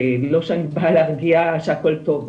לא שאני צריכה להרגיע שהכל טוב,